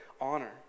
honor